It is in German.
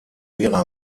vera